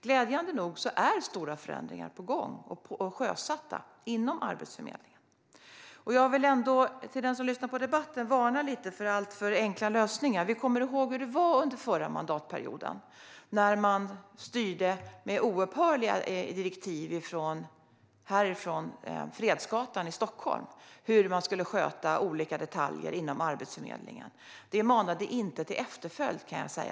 Glädjande nog är också stora förändringar på gång och sjösatta inom Arbetsförmedlingen. Jag vill lite grann varna den som lyssnar på debatten för alltför enkla lösningar. Vi kommer ihåg hur det var under förra mandatperioden, när man styrde med oupphörliga direktiv från Fredsgatan i Stockholm. Det gällde hur olika detaljer inom Arbetsförmedlingen skulle skötas. Detta manade inte till efterföljd.